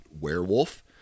werewolf